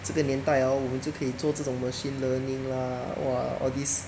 这个年代 hor 我们就可以做这种 machine learning lah !wah! all this